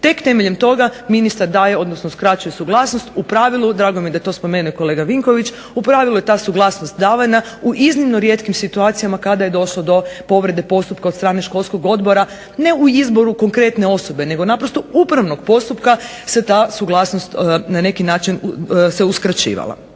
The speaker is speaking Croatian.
Tek temeljem toga ministar daje, odnosno uskraćuje suglasnost. U pravilu, drago mi je da to spomene kolega Vinković. U pravilu je ta suglasnost dovoljna u iznimno rijetkim situacijama kada je došlo do povrede postupka od strane školskog odbora ne u izboru konkretne osobe, nego naprosto upravnog postupka se ta suglasnost na neki način se uskraćivala.